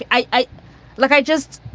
i i like i just,